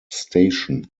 station